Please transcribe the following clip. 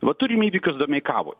vat turim įvykius domeikavoj